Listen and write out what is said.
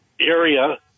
area